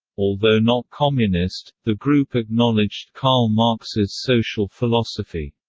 although not communist, the group acknowledged karl marx's social philosophy.